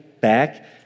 back